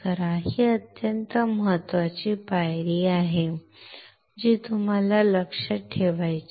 ही अत्यंत महत्त्वाची पायरी आहे जी तुम्हाला लक्षात ठेवायची आहे